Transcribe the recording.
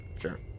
Sure